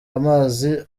amazi